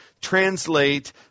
translate